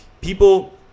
people